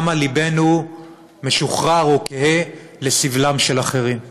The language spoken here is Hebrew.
כמה לבנו משוחרר או קהה לסבלם של אחרים.